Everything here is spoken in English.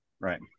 right